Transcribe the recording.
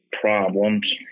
problems